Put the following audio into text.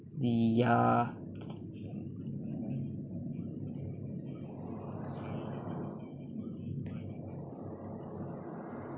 ya